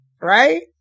Right